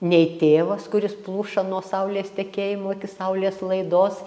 nei tėvas kuris pluša nuo saulės tekėjimo iki saulės laidos